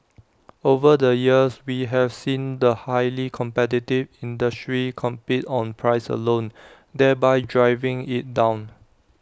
over the years we have seen the highly competitive industry compete on price alone thereby driving IT down